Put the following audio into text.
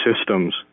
systems